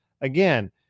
again